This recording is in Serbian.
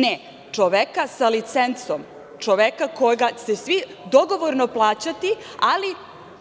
Ne, čoveka sa licencom, čoveka koga će svi dogovorno plaćati, ali,